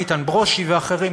איתן ברושי ואחרים.